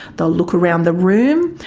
they'll look around the room,